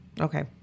Okay